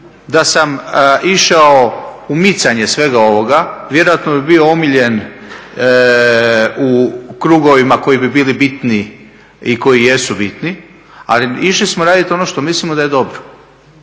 da sam išao u micanje svega ovoga. Vjerojatno bi bio omiljen u krugovima koji bi bili bitni i koji jesu bitni, ali išli smo radit ono što mislimo da je dobro.